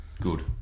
Good